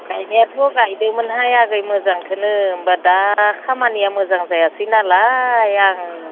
गायनायाथ' गायदोंमोनहाय आगै मोजांखौनो होनबा दा खामानिया मोजां जायासै नालाय आं